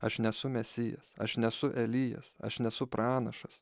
aš nesu mesijas aš nesu elijas aš nesu pranašas